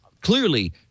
clearly